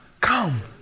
come